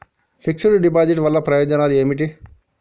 Fix డ్ deposit వల్ల ప్రయోజనాలు ఏమిటి?